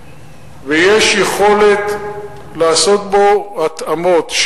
ויש יכולת לעשות בו התאמות,